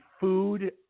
food